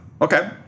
Okay